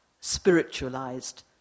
spiritualized